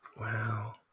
wow